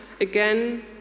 again